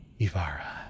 Ivara